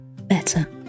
better